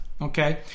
Okay